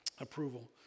Approval